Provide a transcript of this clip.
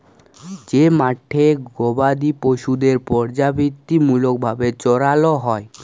যে মাঠে গবাদি পশুদের পর্যাবৃত্তিমূলক ভাবে চরাল হ্যয়